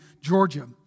Georgia